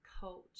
coach